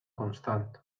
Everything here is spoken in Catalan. constant